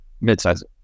mid-sized